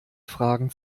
fragen